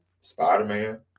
Spider-Man